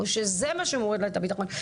או שזה מה שמוריד לה את הביטחון,